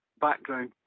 background